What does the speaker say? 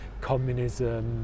communism